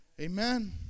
Amen